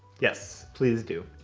yes, please do.